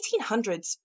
1800s